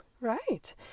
right